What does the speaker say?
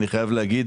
אני חייב להגיד,